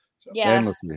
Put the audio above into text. Yes